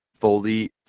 fully